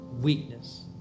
weakness